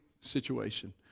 situation